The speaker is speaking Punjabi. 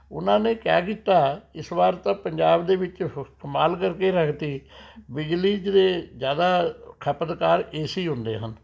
ਉਹਨਾਂ ਨੇ ਕੀ ਕੀਤਾ ਇਸ ਵਾਰ ਤਾਂ ਪੰਜਾਬ ਦੇ ਵਿੱਚ ਕਮਾਲ ਕਰਕੇ ਰੱਖ ਦਿੱਤੀ ਬਿਜਲੀ ਦੇ ਜ਼ਿਆਦਾ ਖਪਤਕਾਰ ਏ ਸੀ ਹੁੰਦੇ ਹਨ